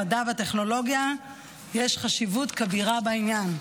המדע והטכנולוגיה יש חשיבות כבירה בעניין.